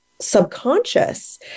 subconscious